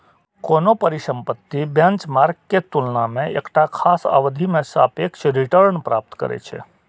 कोनो परिसंपत्ति बेंचमार्क के तुलना मे एकटा खास अवधि मे सापेक्ष रिटर्न प्राप्त करै छै